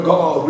God